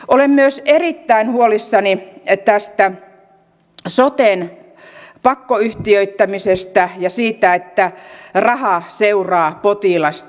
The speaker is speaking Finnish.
olen myös erittäin huolissani tästä soten pakkoyhtiöittämisestä ja siitä että raha seuraa potilasta